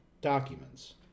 documents